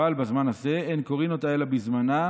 אבל בזמן הזה אין קוראין אותה אלא בזמנה